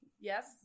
Yes